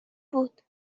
بود